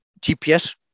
GPS